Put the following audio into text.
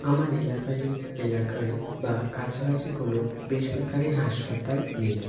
আমার এলাকায় এলাকায় বা কাছাকাছি কোনো বেসরকারি হাসপাতাল নেই